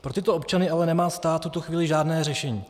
Pro tyto občany ale nemá stát v tuto chvíli žádné řešení.